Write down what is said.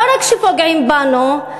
לא רק שפוגעים בנו,